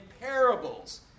parables